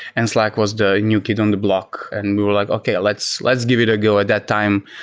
and slack was the new kid on the block and we were like, okay. let's let's give it a go at that time.